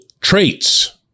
traits